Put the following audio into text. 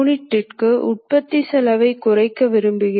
இப்போது ஏன் முழுமையான அமைப்பு விரும்பப்படுகிறது